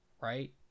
Right